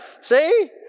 see